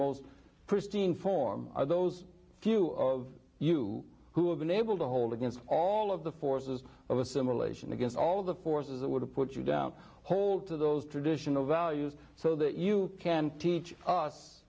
most pristine form are those few of you who have been able to hold against all of the forces of assimilation against all the forces that would put you down hold to those traditional values so that you can teach us